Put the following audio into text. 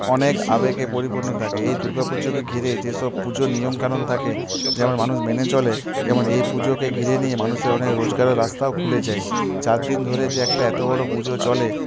অনেক আবেগে পরিপূর্ণ থাকে এই দুর্গাপুজোকে ঘিরে যেসব পুজোর নিয়মকানুন থাকে যেমন মানুষ মেনে চলে তেমন এই পুজোকে ঘিরে নিয়ে মানুষের অনেক রোজগারের রাস্তাও খুলে যায় চারদিন ধরে যে একটা এত বড়ো পুজো চলে